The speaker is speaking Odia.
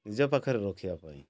ନିଜ ପାଖରେ ରଖିବା ପାଇଁ